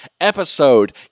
episode